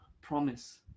promise